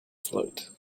float